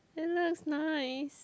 it looks nice